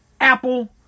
Apple